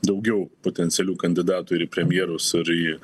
daugiau potencialių kandidatų ir į premjerus ir į